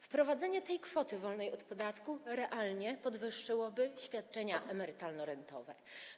Wprowadzenie tej kwoty wolnej od podatku realnie podwyższyłoby świadczenia emerytalno-rentowe.